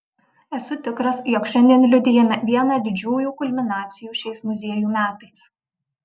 esu tikras jog šiandien liudijame vieną didžiųjų kulminacijų šiais muziejų metais